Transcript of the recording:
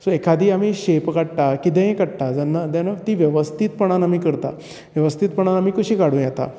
so एखादी आमी shape काडटात कितेंय काडटा जेन्ना ती वेवस्थितपणान आमी करता वेवस्थितपणान आमी कशी काडूं येता